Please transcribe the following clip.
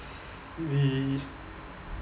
the